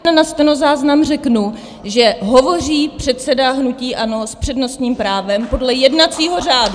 Na stenozáznam řeknu, že hovoří předseda hnutí ANO s přednostním právem podle jednacího řádu.